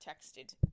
texted